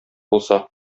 булса